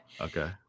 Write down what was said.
okay